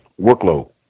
workload